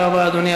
אני,